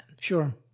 Sure